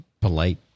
polite